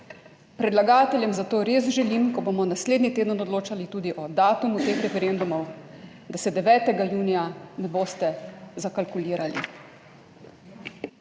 Predlagateljem zato res želim, ko bomo naslednji teden odločali tudi o datumu teh referendumov, da se 9. junija ne boste zakalkulirali.